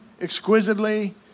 exquisitely